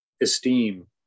esteem